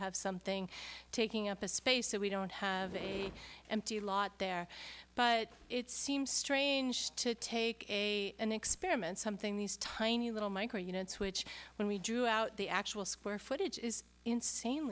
have something taking up a space so we don't have a empty lot there but it seems strange to take a an experiment something these tiny little micro units which when we drew out the actual square footage is